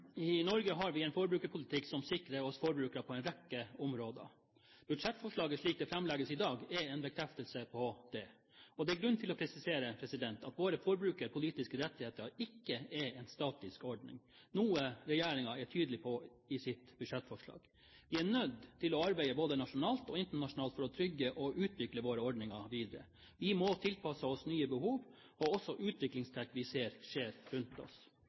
I Norge har vi en forbrukerpolitikk som sikrer oss forbrukere på en rekke områder. Budsjettforslaget slik det fremlegges i dag, er en bekreftelse på det. Og det er grunn til å presisere at våre forbrukerpolitiske rettigheter ikke er en statisk ordning, noe regjeringen er tydelig på i sitt budsjettforslag. Vi er nødt til å arbeide både nasjonalt og internasjonalt for å trygge og utvikle våre ordninger videre. Vi må tilpasse oss nye behov og også utviklingstrekk vi ser skjer rundt oss.